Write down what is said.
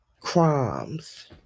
Crimes